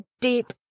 deep